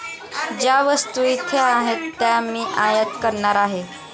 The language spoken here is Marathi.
ज्या वस्तू इथे आहेत त्या मी आयात करणार आहे